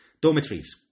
Dormitories